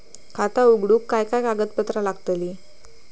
खाता उघडूक काय काय कागदपत्रा लागतली?